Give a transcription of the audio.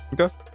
Okay